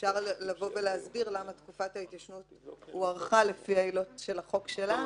אפשר להסביר למה תקופת ההתיישנות הוארכה לפי העילות של החוק שלנו.